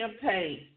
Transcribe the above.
campaign